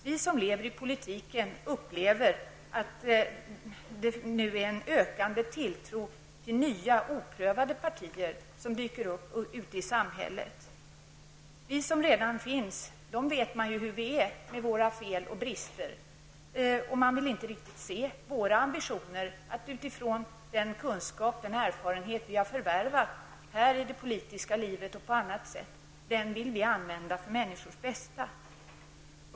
Vi som lever i politiken bevittnar en ökande tilltro till nya, oprövade partier som dyker upp i samhället. Man vet ju redan hurudana vi som har varit med är med våra fel och brister. Man vill inte riktigt se att våra ambitioner är att använda den kunskap och erfarenhet som vi har förvärvat i det politiska livet och på annat sätt för människors bästa.